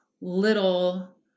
little